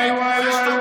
וואי,